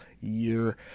year